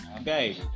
okay